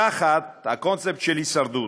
תחת הקונספט של הישרדות.